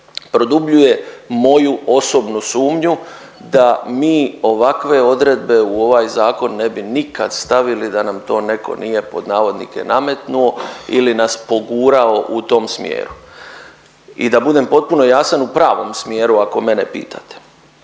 produbljuje moju osobnu sumnju da mi ovakve odredbe u ovaj zakon ne bi nikad stavili da nam to netko nije pod navodnike nametnuo ili nas pogurao u tom smjeru. I da budem potpuno jasan u pravom smjeru ako mene pitate.